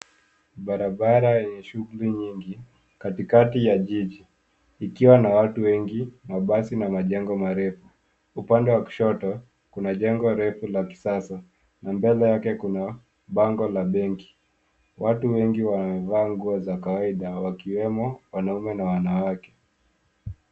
Barabara ya shughuli nyingi, katikati ya jiji. Ikiwa na watu wengi, mabasi na majengo marefu. Upande wa kushoto kuna jengo refu la kisasa, na mbele yake kuna bango la benki. Watu wengi wamevaa nguo za kawaida wakiwemo wanaume na wanawake.